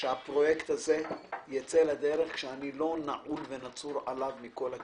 שהפרויקט הזה ייצא לדרך כשאני לא נעול ונצור עליו מכל הכיוונים.